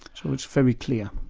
so it's very clear.